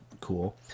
cool